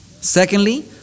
Secondly